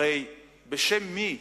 הרי בשם מי